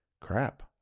crap